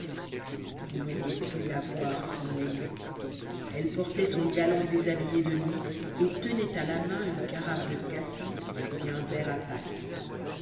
vous n'auriez pu la voir sans l'aimer elle portait son galant déshabillé de nuit et tenait à la main une carafe de cassis et un verre à patte